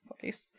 place